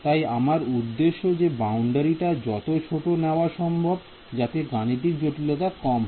তাই আমার উদ্দেশ্য হবে যে বাউন্ডারি টা যত ছোট নেওয়া সম্ভব যাতে গাণিতিক জটিলতা কম হয়